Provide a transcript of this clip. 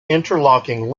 interlocking